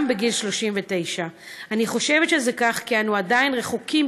גם בגיל 39. אני חושבת שזה כך כי אנחנו עדיין רחוקים,